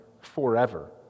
forever